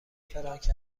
فرانک